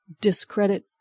discredit